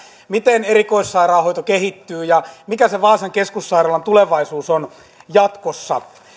miten erikoissairaanhoito kehittyy ja mikä vaasan keskussairaalan tulevaisuus on jatkossa